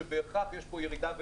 כשבהכרח יש פה ירידה.